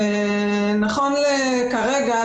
נכון לכרגע,